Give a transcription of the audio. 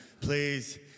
Please